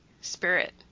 spirit